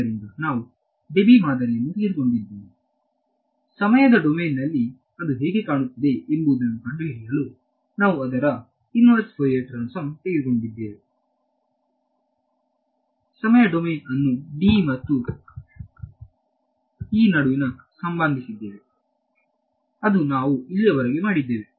ಆದ್ದರಿಂದ ನಾವು ಡೆಬಿ ಮಾದರಿಯನ್ನು ತೆಗೆದುಕೊಂಡಿದ್ದೇವೆ ಸಮಯದ ಡೊಮೇನ್ನಲ್ಲಿ ಅದು ಹೇಗೆ ಕಾಣುತ್ತದೆ ಎಂಬುದನ್ನು ಕಂಡುಹಿಡಿಯಲು ನಾವು ಅದರ ಇಯರ್ಸ್ ಫೋರಿಯರ್ ಟ್ರಾನ್ಸಫಾರ್ಮ್ ತೆಗೆದುಕೊಂಡಿದ್ದೇವೆ ಸಮಯ ಡೊಮೇನ್ ಅನ್ನು D ಮತ್ತು E ನಡುವಿನ ಸಂಬಂಧಿಸಿದ್ದೇವೆ ಅದು ನಾವು ಇಲ್ಲಿಯವರೆಗೆ ಮಾಡಿದ್ದೇವೆ